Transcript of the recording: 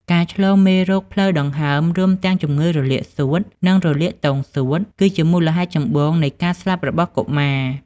ការឆ្លងមេរោគផ្លូវដង្ហើម រួមទាំងជំងឺរលាកសួត និងរលាកទងសួត គឺជាមូលហេតុចម្បងនៃការស្លាប់របស់កុមារ។